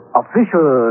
official